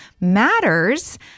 matters